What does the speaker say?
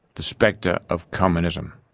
the spectre of communism.